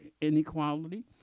inequality